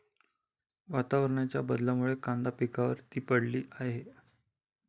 वातावरणाच्या बदलामुळे कांदा पिकावर ती पडली आहे